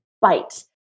bite